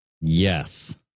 Yes